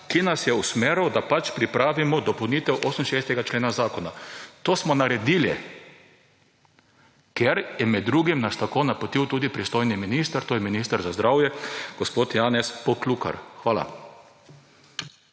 ki nas je usmeril, da pripravimo dopolnitev 68. člena Zakona. To smo naredili, ker nas je med drugim tako napotil tudi pristojni minister, to je minister za zdravje gospod Janez Poklukar. Hvala.